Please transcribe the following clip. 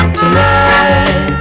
tonight